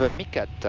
but mikat